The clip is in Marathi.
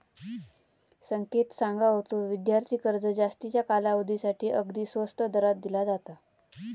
संकेत सांगा होतो, विद्यार्थी कर्ज जास्तीच्या कालावधीसाठी अगदी स्वस्त दरात दिला जाता